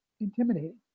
intimidating